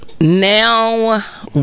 now